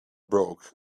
broke